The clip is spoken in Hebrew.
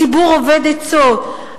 ציבור אובד עצות,